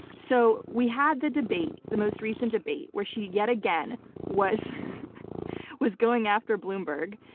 so we had the debate, the most recent debate, where she yet again was was going after bloomberg,